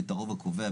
את הרוב הקובע,